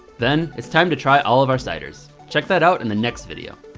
then it's time to try all of our ciders. check that out in the next video.